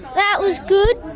that was good.